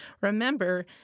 remember